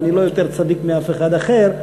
אני לא יותר צדיק מאף אחד אחר,